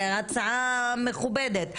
זו הצעה מכובדת.